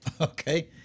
Okay